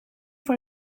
for